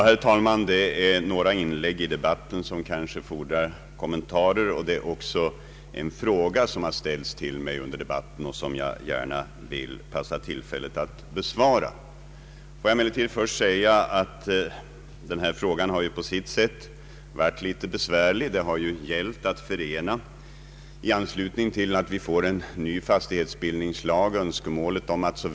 Herr talman! Några inlägg i debatten fordrar kanske kommentarer. En fråga har också ställts till mig, och jag vill gärna begagna tillfället att besvara den. Låt mig emellertid först säga att detta ärende på sitt sätt har varit litet besvärligt. Det har ju gällt att bl.a. i anslutning till den nya fastighetsbildningslagen reformera lantmäteriorganisationen.